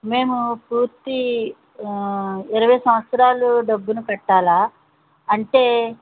మేము పూర్తి ఆ ఇరువై సంవత్సరాల డబ్బును కట్టాలా అంటే